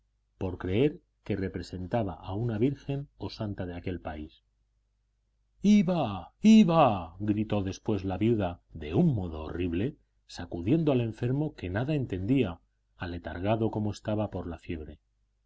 por creer que representaba a una virgen o santa de aquel país iwa iwa gritó después la viuda de un modo horrible sacudiendo al enfermo que nada entendía aletargado como estaba por la fiebre